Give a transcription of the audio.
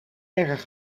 erg